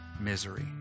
misery